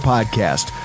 Podcast